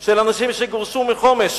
של אנשים שגורשו מחומש,